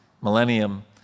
millennium